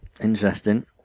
Interesting